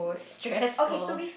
stressful